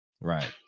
Right